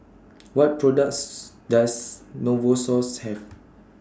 What products Does Novosource Have